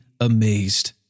amazed